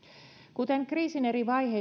kuten kriisin eri vaiheissa